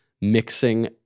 mixing